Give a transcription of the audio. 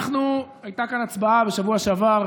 הייתה כאן הצבעה בשבוע שעבר,